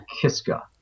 Kiska